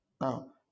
Now